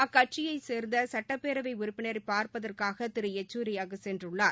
அக்கட்சியைச் சேர்ந்த சட்டப்பேரவை உறுப்பினரை பார்ப்பதற்காக திரு யச்சூரி அங்கு சென்றுள்ளார்